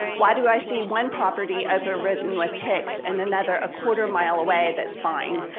why do i see one property overridden with ticks and another a quarter mile away? that's fine.